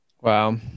Wow